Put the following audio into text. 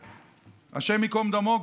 השם ייקום דמו,